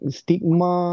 stigma